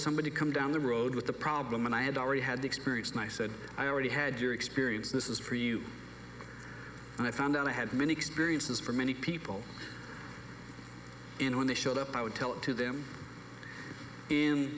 somebody come down the road with the problem and i had already had experienced my said i already had your experience this is for you and i found out i had many experiences for many people in when they showed up i would tell it to them in